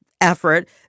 effort